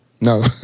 no